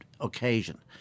occasion